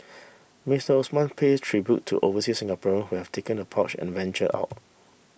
Mister Osman paid tribute to oversea Singapore who have taken the plunge and venture out